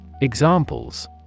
Examples